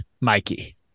Mikey